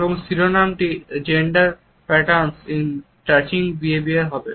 এবং শিরোনামটি Gender Patterns in Touching Behavior হবে